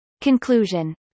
Conclusion